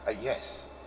yes